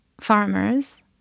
farmers